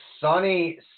sunny